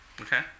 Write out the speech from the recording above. Okay